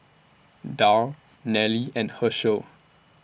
Darl Nelly and Hershel